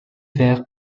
vers